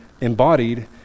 embodied